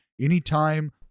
Anytime